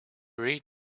read